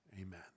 amen